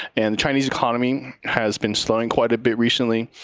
and chinese economy has been slowing quite a bit recently.